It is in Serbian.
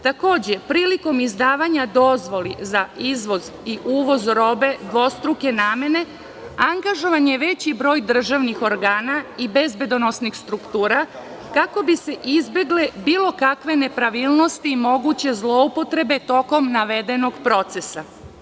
Takođe, prilikom izdavanja dozvoli za izvoz i uvoz robe dvostruke namene angažovan je veći broj državnih organa i bezbedonosnih struktura kako bi se izbegle bilo kakve nepravilnosti, moguće zloupotrebe tokom navedenog procesa.